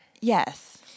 yes